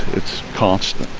it's constant.